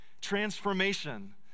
transformation